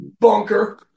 Bunker